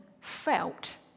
felt